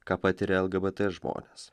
ką patiria lgbt žmonės